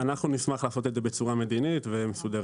אנחנו נשמח לעשות את זה בצורה מדינית ומסודרת.